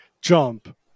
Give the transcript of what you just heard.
jump